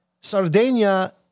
Sardinia